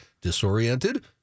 disoriented